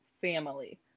family